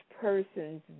person's